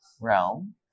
realm